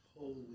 Holy